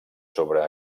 sobre